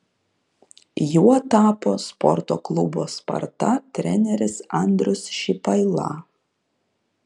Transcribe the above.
juo tapo sporto klubo sparta treneris andrius šipaila